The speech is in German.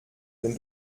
wenn